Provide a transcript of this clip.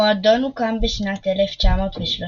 המועדון הוקם בשנת 1913,